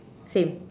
same